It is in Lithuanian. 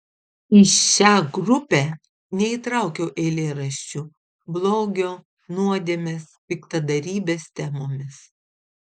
į šią grupę neįtraukiau eilėraščių blogio nuodėmės piktadarybės temomis